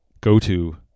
go-to